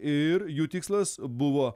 ir jų tikslas buvo